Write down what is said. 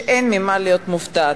שאין ממה להיות מופתעת.